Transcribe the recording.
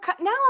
now